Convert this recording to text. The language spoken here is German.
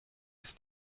ist